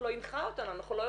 אנחנו כאן